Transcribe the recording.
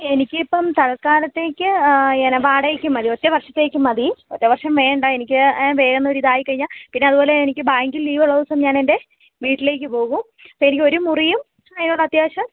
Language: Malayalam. എനിക്കിപ്പം തൽക്കാലത്തേക്ക് ഇങ്ങനെ വാടകക്ക് മതി ഒറ്റ വർഷത്തേക്ക് മതി ഒറ്റ വർഷം വേണ്ട എനിക്ക് വേറൊരിതായിക്കഴിഞ്ഞാൽ പിന്നെ അതു പോലെ എനിക്ക് ബാങ്കിൽ ലീവ് ഉള്ള ദിവസം ഞാനെൻ്റെ വീട്ടിലേക്ക് പോകും അപ്പം എനിക്കൊരു മുറിയും അതിനോട് അത്യാവശ്യം